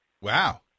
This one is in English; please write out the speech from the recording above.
Wow